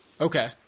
Okay